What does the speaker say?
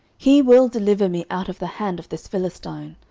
he will deliver me out of the hand of this philistine.